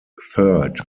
third